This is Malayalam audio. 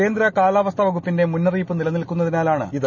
കേന്ദ്ര കാലാവസ്ഥ വക്ടുപ്പിന്റെ മുന്നറിയിപ്പ് നിലനിൽക്കുന്നതിനാലാണ് ഇത്